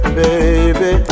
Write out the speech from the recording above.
baby